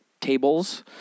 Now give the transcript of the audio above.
tables